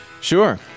Sure